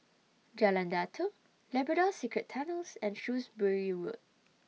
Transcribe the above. Jalan Datoh Labrador Secret Tunnels and Shrewsbury Road